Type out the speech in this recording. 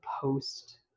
post